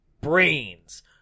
Brains